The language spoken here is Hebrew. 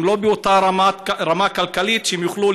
והם לא באותה רמה כלכלית שהם יוכלו